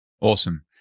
Awesome